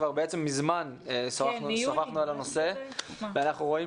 כבר בעצם מזמן שוחחנו על הנושא ואנחנו רואים